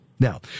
Now